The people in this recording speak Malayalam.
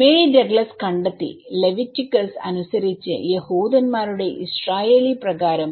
മേരി ഡഗ്ലസ് കണ്ടെത്തിലെവിറ്റികസ് അനുസരിച്ച് യഹൂദന്മാരുടെ ഇസ്രായേലി പ്രകാരം